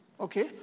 Okay